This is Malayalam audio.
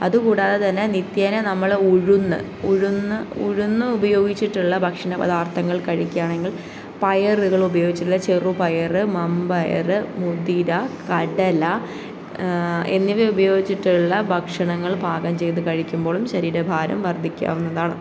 അതുകൂടാതെ തന്നെ നിത്യേന നമ്മൾ ഉഴുന്ന് ഉഴുന്ന് ഉഴുന്ന് ഉപയോഗിച്ചിട്ടുള്ള ഭക്ഷണ പദാർത്ഥങ്ങൾ കഴിക്കുകയാണെങ്കിൽ പയറുകൾ ഉപയോഗിച്ചിട്ടുള്ള ചെറുപയർ മൺപയർ മുതിര കടല എന്നിവ ഉപയോഗിച്ചിട്ടുള്ള ഭക്ഷണങ്ങൾ പാകം ചെയ്ത് കഴിക്കുമ്പോളും ശരീര ഭാരം വർദ്ധിക്കാവുന്നതാണ്